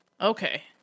Okay